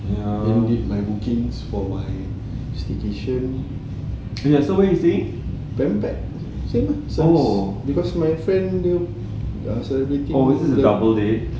did my bookings for my staycation pan pac because my friend dia celebrating